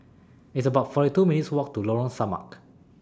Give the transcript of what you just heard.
It's about forty two minutes' Walk to Lorong Samak